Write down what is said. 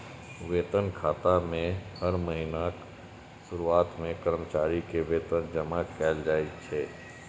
वेतन खाता मे हर महीनाक शुरुआत मे कर्मचारी के वेतन जमा कैल जाइ छै